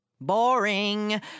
Boring